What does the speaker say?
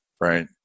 right